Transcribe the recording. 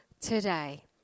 today